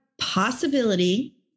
possibility